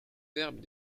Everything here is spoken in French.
herbes